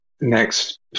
next